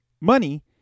money